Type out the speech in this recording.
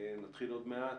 נתחיל עוד מעט,